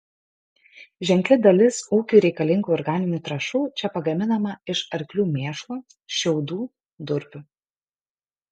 ženkli dalis ūkiui reikalingų organinių trąšų čia pagaminama iš arklių mėšlo šiaudų durpių